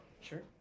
sure